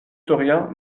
souriant